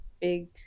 big